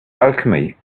alchemy